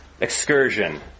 excursion